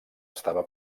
estava